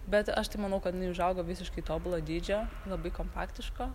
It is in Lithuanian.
bet aš tai manau kad jinai užaugo visiškai tobulo dydžio labai kompaktiško